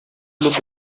look